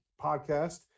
podcast